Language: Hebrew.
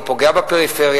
והוא פוגע בפריפריה?